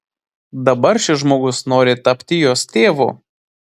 dabar šis žmogus nori tapti jos tėvu